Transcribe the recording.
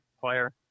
player